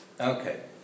Okay